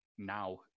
now